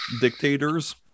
dictators